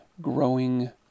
growing